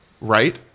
right